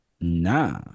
nah